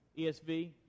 ESV